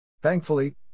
Thankfully